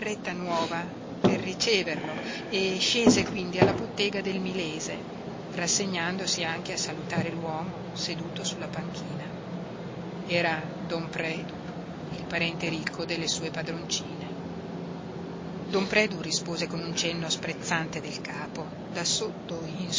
nuova per riceverlo e scese quindi alla bottega del milese rassegnandosi anche a salutare l'uomo seduto sulla panchina era don predu il parente ricco delle sue padroncine don predu rispose con un cenno sprezzante del capo da sotto in